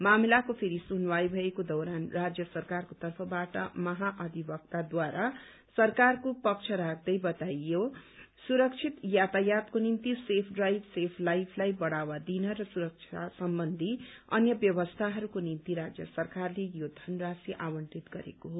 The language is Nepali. मामिलाको फेरि सुनवाई भएको दौरान राज्य सरकारको तर्फबाट महाअधिवक्ताद्वारा सरकारको पक्ष राख्दै बताइयो सुरक्षित यातायातको निम्ति सेभ ड्राइभ सेव लाइफलाई बढ़ावा दिन र सुरक्षा सम्बन्धी अन्य व्यवस्थाहरूको निम्ति राज्य सरकारले यो धनराशी आवण्टित गरेको हो